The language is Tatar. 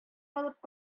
алып